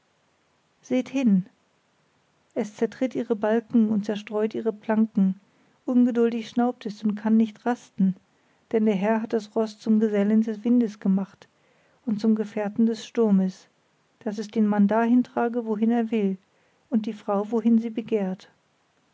sehr hin es zertritt ihre balken und zerstreut ihre planken ungeduldig schnaubt es und kann nicht rasten denn der herr hat das roß zum gesellen des windes gemacht und zum gefährten des sturmes daß es den mann dahin trage wohin er will und die frau wohin sie begehrt